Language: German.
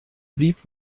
blieb